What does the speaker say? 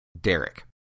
Derek